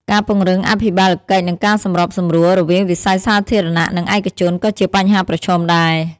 ការពង្រឹងអភិបាលកិច្ចនិងការសម្របសម្រួលរវាងវិស័យសាធារណៈនិងឯកជនក៏ជាបញ្ហាប្រឈមដែរ។